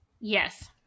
Yes